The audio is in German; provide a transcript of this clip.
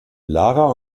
lara